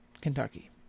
Kentucky